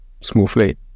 smoothly